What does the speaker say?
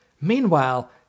Meanwhile